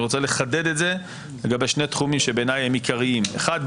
אני רוצה לחדד את זה לגבי שני תחומים שבעיני הם עיקריים: אחד,